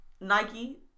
Nike